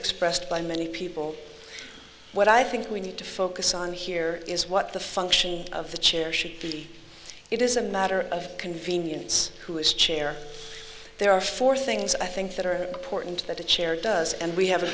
expressed by many people what i think we need to focus on here is what the function of the chair should be it is a matter of convenience who is chair there are four things i think that are important that the chair does and we have